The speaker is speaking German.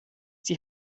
die